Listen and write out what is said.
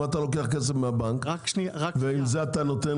אתה לוקח כסף מהבנק ועם זה אתה נותן